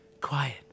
quiet